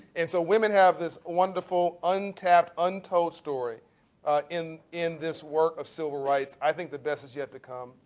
and so women have this wonderful, untapped, untold story in in this work of civil rights. i think the best is yet to come.